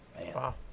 Wow